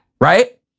right